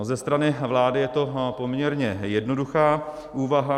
Ze strany vlády je to poměrně jednoduchá úvaha.